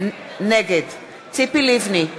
נגד ציפי לבני,